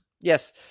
Yes